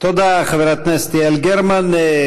תודה, חברת הכנסת יעל גרמן.